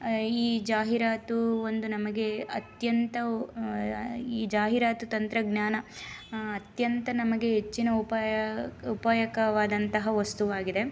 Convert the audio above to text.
ಈ ಜಾಹೀರಾತು ಒಂದು ನಮಗೆ ಅತ್ಯಂತ ಈ ಜಾಹೀರಾತು ತಂತ್ರಜ್ಞಾನ ಅತ್ಯಂತ ನಮಗೆ ಹೆಚ್ಚಿನ ಉಪಾಯ ಉಪಾಯಕವಾದಂತಹ ವಸ್ತುವಾಗಿದೆ